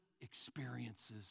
experiences